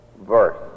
verse